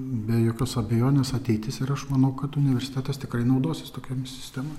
be jokios abejonės ateitis ir aš manau kad universitetas tikrai naudosis tokia sistema